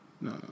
No